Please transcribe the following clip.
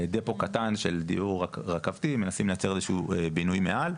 בדיפו קטן של דיור רכבתי מנסים לייצר איזה שהוא בינוי מעל.